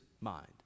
mind